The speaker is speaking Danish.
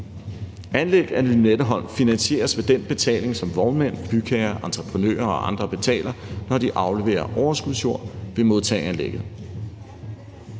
Anlæg af Lynetteholm finansieres ved den betaling, som vognmænd, bygherrer, entreprenører og andre betaler, når de afleverer overskudsjord ved modtageanlægget.